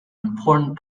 important